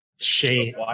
Shame